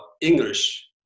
English